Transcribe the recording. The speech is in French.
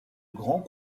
grand